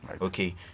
okay